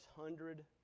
hundred